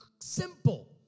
simple